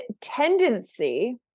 tendency